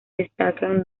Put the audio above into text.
destacan